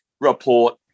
report